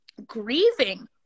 grieving